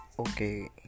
Okay